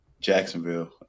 Jacksonville